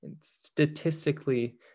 Statistically